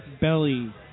belly